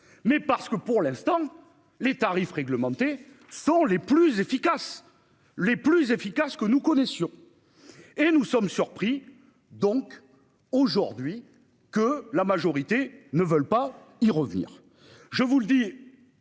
Mais parce que pour l'instant les tarifs réglementés sont les plus efficaces, les plus efficaces que nous connaissions. Et nous sommes surpris donc aujourd'hui que la majorité ne veulent pas y revenir, je vous le dis.